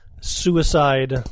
suicide